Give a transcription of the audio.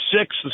six